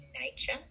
nature